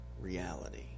reality